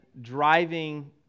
driving